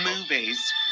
movies